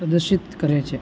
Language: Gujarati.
પ્રદર્શિત કરે છે